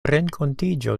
renkontiĝo